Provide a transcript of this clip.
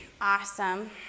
Awesome